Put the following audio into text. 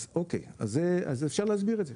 אוקיי, אז אפשר להסביר את זה.